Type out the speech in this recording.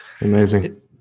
Amazing